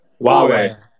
Huawei